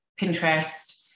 Pinterest